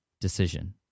decision